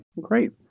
Great